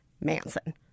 Manson